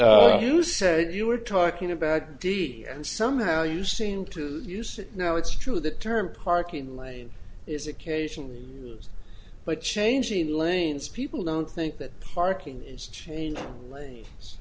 no you said you were talking about d d and somehow you seem to use it no it's true the term parking lane is occasionally roos but changing lanes people don't think that parking is changing lanes